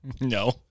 No